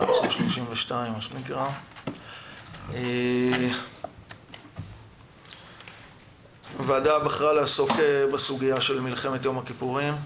השעה 11:32. הוועדה בחרה לעסוק בסוגיה של מלחמת יום הכיפורים,